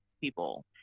people